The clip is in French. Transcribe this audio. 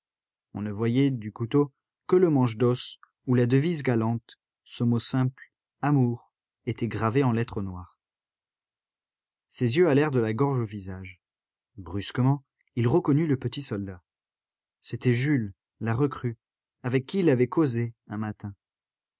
on ne voyait du couteau que le manche d'os où la devise galante ce mot simple amour était gravée en lettres noires ses yeux allèrent de la gorge au visage brusquement il reconnut le petit soldat c'était jules la recrue avec qui il avait causé un matin